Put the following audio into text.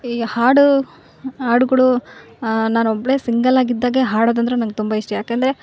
ಈ ಹಾಡು ಹಾಡುಗಳು ನಾನು ಒಬ್ನಳೇ ಸಿಂಗಲ್ ಆಗಿದ್ದಾಗ ಹಾಡೋದು ಅಂದ್ರೆ ನಂಗೆ ತುಂಬ ಇಷ್ಟ ಯಾಕಂದರೆ